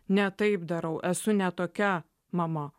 ne taip darau esu ne tokia mama